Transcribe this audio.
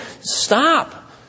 stop